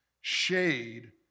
Shade